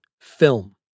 film